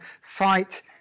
fight